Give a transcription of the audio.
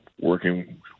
working